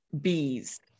bees